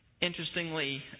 Interestingly